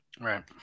Right